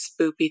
spoopy